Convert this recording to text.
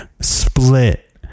split